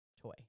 toy